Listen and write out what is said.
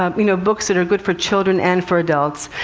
um you know, books that are good for children and for adults.